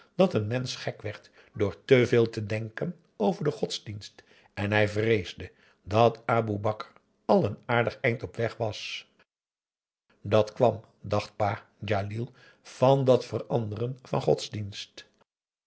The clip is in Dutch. dat een mensch gek werd door te veel te denken over den godsdienst en hij vreesde dat aboe bakar al een aardig eind op weg was dat kwam dacht pa djalil van dat veranderen van godsdienst